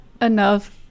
enough